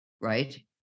right